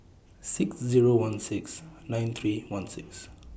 six Zero one six nine three one six